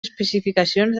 especificacions